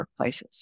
workplaces